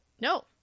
No